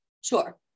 Sure